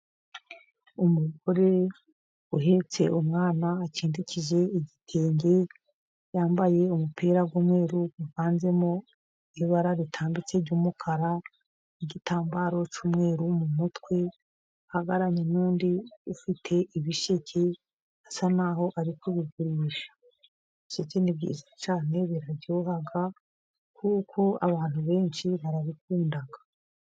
Umugore uhetse umwana akindikije igitenge, yambaye umupira w'umweru uvanzemo ibara ritambitse ry'umukara, n' igitambaro cy'umweru mu mutwe, Ahagararanye n'undi ufite ibisheke, asa naho ari kubigurisha. Ibisheke ni byiza cyane biraryoha, abantu benshi barabikunda.